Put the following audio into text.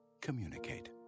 Communicate